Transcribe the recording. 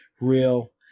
real